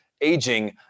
aging